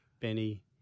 Benny